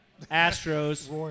Astros